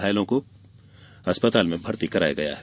घायलों को अस्पताल में भर्ती कराया गया है